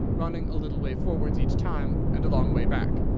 running a little way forwards each time and a long way back,